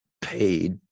paid